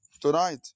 Tonight